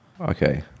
Okay